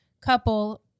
Couple